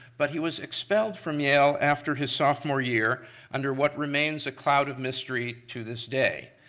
but he was expelled from yale after his sophomore year under what remains a cloud of mystery to this day.